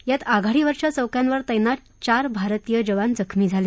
यात आघाडीवरच्या चौक्यांवर तैनात चार भारतीय जवान जखमी झाले